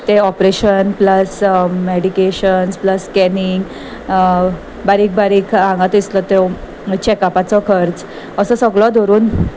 ते operation plus medications plus scanning बारीक बारीक हांगासलो त्यो चॅकपाचो खर्च असो सगळो धरून